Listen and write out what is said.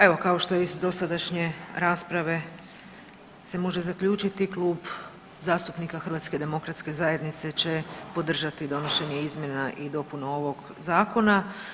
Evo kao što iz dosadašnje rasprave se može zaključiti Klub zastupnika HDZ-a će podržati donošenje izmjena i dopuna ovog zakona.